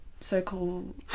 so-called